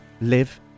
live